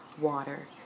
water